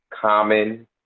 common